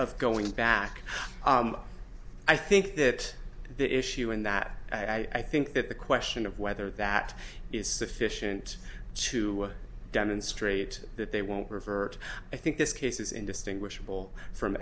of going back i think that the issue in that i think that the question of whether that is sufficient to demonstrate that they won't revert i think this case is indistinguishable from